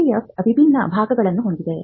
IDF ವಿಭಿನ್ನ ಭಾಗಗಳನ್ನು ಹೊಂದಿದೆ